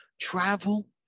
travel